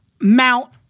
Mount